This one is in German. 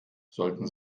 sollten